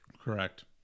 correct